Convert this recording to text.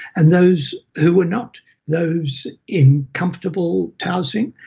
and those who were not those in comfortable housing,